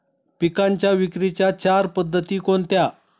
पिकांच्या विक्रीच्या चार पद्धती कोणत्या?